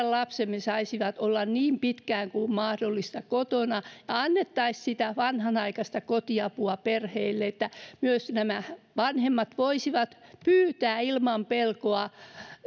lapsemme saisivat olla niin pitkään kuin mahdollista kotona ja annettaisiin sitä vanhanaikaista kotiapua perheille että myös vanhemmat voisivat pyytää ilman pelkoa